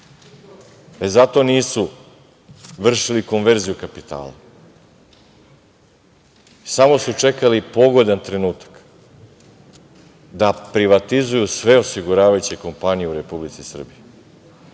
Zato nisu vršili konverziju kapitala. Samo su čekali pogodan trenutka da privatizuju sve osiguravajuće kompanije u Republici Srbiji. Malo